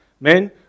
Men